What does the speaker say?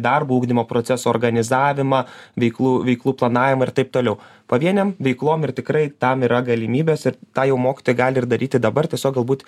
darbą ugdymo proceso organizavimą veiklų veiklų planavimą ir taip toliau pavienėm veiklom ir tikrai tam yra galimybes ir tą jau mokytojai gali ir daryti dabar tiesiog galbūt